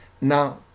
now